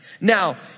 Now